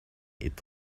est